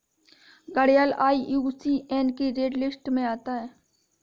घड़ियाल आई.यू.सी.एन की red list में आता है